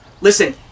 listen